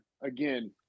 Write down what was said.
Again